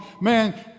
man